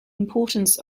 importance